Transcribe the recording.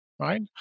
Right